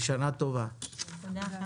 שנה טובה.